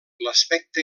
l’aspecte